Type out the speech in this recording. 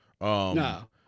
No